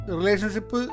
Relationship